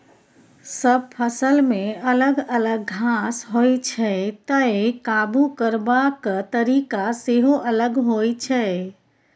सब फसलमे अलग अलग घास होइ छै तैं काबु करबाक तरीका सेहो अलग होइ छै